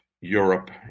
Europe